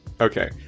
Okay